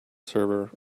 server